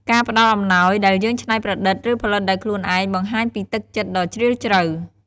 ការផ្តល់អំណោយដែលយើងច្នៃប្រឌិត ឬផលិតដោយខ្លួនឯង បង្ហាញពីទឹកចិត្តដ៏ជ្រាលជ្រៅ។